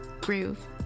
groove